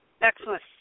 Excellent